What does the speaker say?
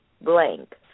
blank